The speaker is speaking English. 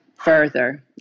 further